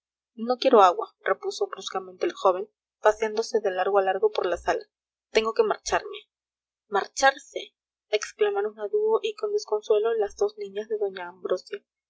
no quiero agua repuso bruscamente el joven paseándose de largo a largo por la sala tengo que marcharme marcharse exclamaron a dúo y con desconsuelo las dos niñas de doña ambrosia